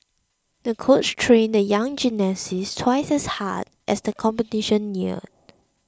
the coach trained the young gymnast twice as hard as the competition neared